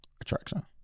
attraction